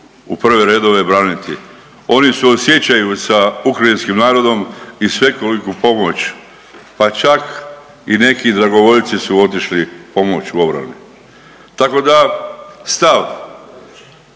u prve redove braniti. Oni suosjećaju sa ukrajinskim narodom i svekoliku pomoć pa čak i neki dragovoljci su otišli pomoć u obrani. Tako da stav